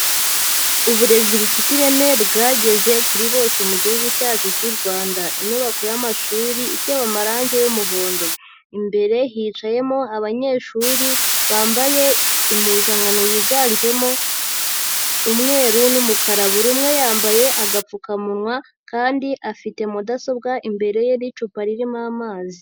Uburezi bufite ireme bwageze kuri bose mu Gihugu cyacu cy'u Rwanda, inyubako y'amashuri itewe amarangi y'umuhondo, imbere hicayemo abanyeshuri bambaye impuzankano yiganjemo umweru n'umukara, buri umwe yambaye agapfukamunwa kandi afite mudasobwa imbere ye n'icupa ririmo amazi.